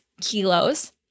kilos